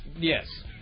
Yes